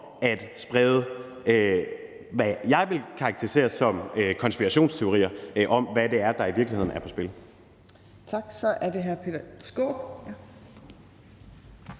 at sprede, hvad jeg vil karakterisere som konspirationsteorier om, hvad det i virkeligheden er, der er på